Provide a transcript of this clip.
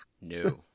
No